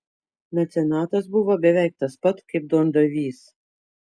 mecenatas buvo beveik tas pat kaip duondavys